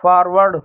forward